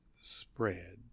spread